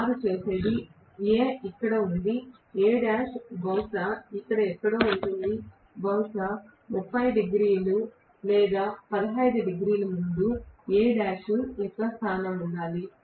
వారు చేసేది A ఇక్కడ ఉంది Al బహుశా ఇక్కడ ఎక్కడో ఉండవచ్చు బహుశా 30 డిగ్రీలు లేదా 15 డిగ్రీల ముందు Al యొక్క స్థానం ఉండాలి